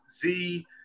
Z-